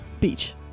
beach